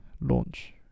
launch